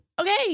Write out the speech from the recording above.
Okay